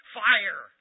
fire